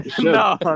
No